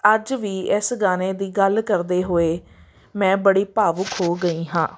ਅੱਜ ਵੀ ਇਸ ਗਾਣੇ ਦੀ ਗੱਲ ਕਰਦੇ ਹੋਏ ਮੈਂ ਬੜੀ ਭਾਵੁਕ ਹੋ ਗਈ ਹਾਂ